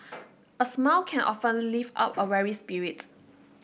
a smile can often lift up a weary spirit